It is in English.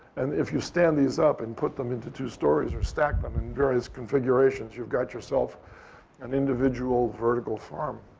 and if you stand these up and put them into two stories or stack them in various configurations you've got yourself an individual vertical farm.